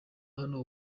hano